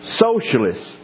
socialists